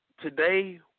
today